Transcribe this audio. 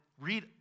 read